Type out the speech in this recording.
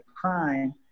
crime